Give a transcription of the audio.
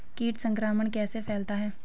कीट संक्रमण कैसे फैलता है?